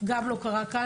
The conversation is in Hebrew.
גם לא קרה כאן.